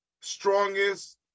strongest